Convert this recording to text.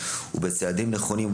ובצעדים נכונים,